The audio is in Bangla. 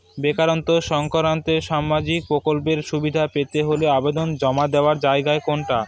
বেকারত্ব সংক্রান্ত সামাজিক প্রকল্পের সুবিধে পেতে হলে আবেদন জমা দেওয়ার জায়গা কোনটা?